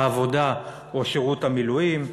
העבודה או שירות המילואים,